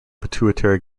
pituitary